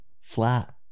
flat